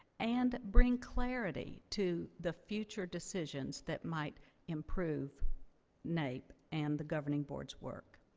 and bring clarity to the future decisions that might improve naep and the governing board's work.